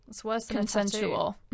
consensual